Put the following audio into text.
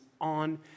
on